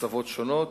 הקצבות שונות,